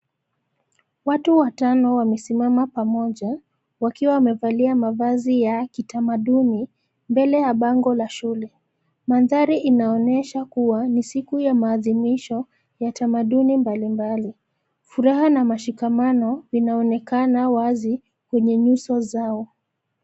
Watu watano wamesimama pamoja wakiwa wamevalia mavazi ya kitamaduni mbele ya bango la shule. Mandhari inaonyesha kuwa ni siku ya maadhimisho ya tamaduni mbalimbali. Furaha na mashikamano, vinaonekana wazi kwenye nyuso zao.